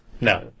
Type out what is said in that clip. No